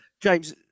James